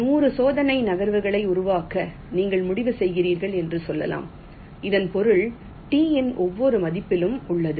100 சோதனை நகர்வுகளை உருவாக்க நீங்கள் முடிவு செய்கிறீர்கள் என்று சொல்லலாம் இதன் பொருள் T இன் ஒவ்வொரு மதிப்பிலும் உள்ளது